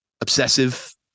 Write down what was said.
obsessive